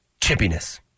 chippiness